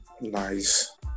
Nice